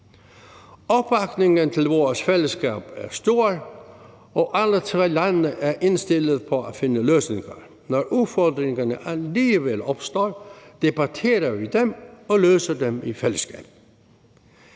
Opbakningen til vores fællesskab er stor, og alle tre lande er indstillet på at finde løsninger. Når udfordringerne alligevel opstår, debatterer vi dem og løser dem i fællesskab.